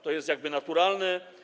To jest jakby naturalne.